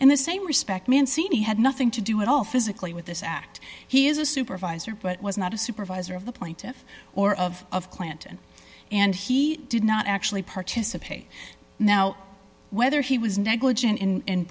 and the same respect man seen he had nothing to do at all physically with this act he is a supervisor but was not a supervisor of the plaintiff or of clanton and he did not actually participate now whether he was negligent